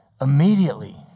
immediately